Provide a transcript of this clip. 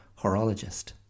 horologist